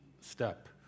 step